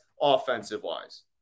offensive-wise